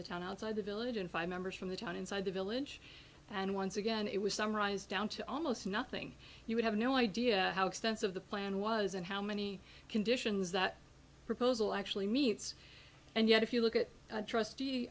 the town outside the village and five members from the town inside the village and once again it was summarized down to almost nothing you would have no idea how extensive the plan was and how many conditions that proposal actually meets and yet if you look at the trustee